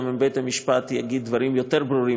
גם אם בית-המשפט יגיד דברים יותר ברורים,